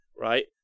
right